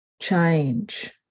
change